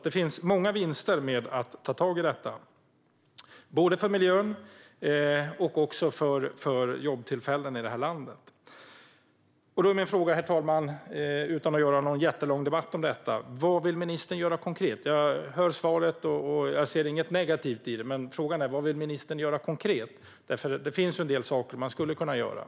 Det kan bli många vinster genom att ta tag i dessa frågor för både miljön och jobbtillfällen i landet. Herr talman! Utan att skapa en jättelång debatt har jag följande fråga: Vad vill ministern göra konkret? Jag har hört svaret, och jag ser inget negativt i det, men frågan är vad ministern vill göra konkret. Det finns en del saker som kan göras.